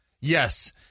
Yes